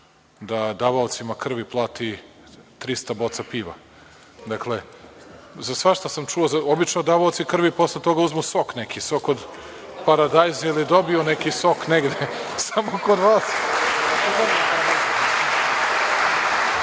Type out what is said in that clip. da davaocima krvi plati 300 boca piva. Dakle, za svašta sam čuo, obično davaoci krvi posle toga uzmu sok neki, sok od paradajza ili dobiju neki sok negde, samo kod vas,